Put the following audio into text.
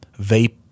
vape